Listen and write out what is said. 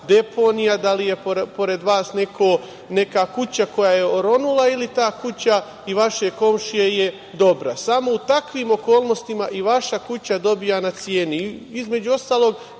da li je pored vas neka kuća koja je oronula ili ta kuća i vašeg komšije je dobra. Samo u takvim okolnostima i vaša kuća dobija na ceni. Između ostalog,